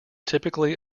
typically